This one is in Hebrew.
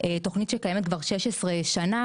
תוכנית שקיימת כבר 16 שנה.